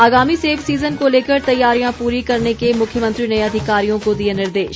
आगामी सेब सीज़न को लेकर तैयारियां पूरी करने के मुख्यमंत्री ने अधिकारियों को दिए निर्देश